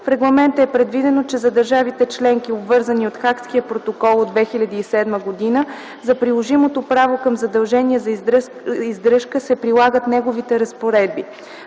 В регламента е предвидено, че за държавите-членки, обвързани от Хагския протокол от 2007 г. за приложимото право към задължения за издръжка, ще се прилагат неговите разпоредби.